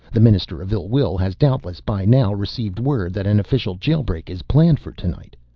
the minister of ill-will has doubtless by now received word that an official jail-break is planned for tonight.